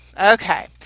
okay